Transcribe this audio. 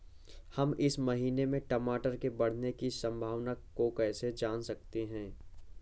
हम इस महीने में टमाटर के बढ़ने की संभावना को कैसे जान सकते हैं?